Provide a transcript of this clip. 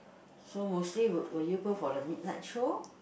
so mostly will will you go for the midnight show